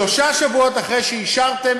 שלושה שבועות אחרי שאישרתם,